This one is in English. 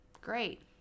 Great